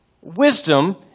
Wisdom